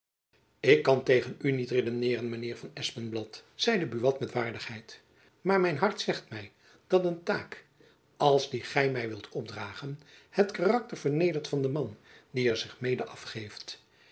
ik kan tegen u niet redeneeren mijn heer van espenblad zeide buat met waardigheid maar mijn hart zegt my dat een taak als die gy my wilt opdragen het karakter vernedert van den man die er zich mede afgeeft